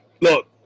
look